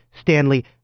Stanley